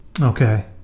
okay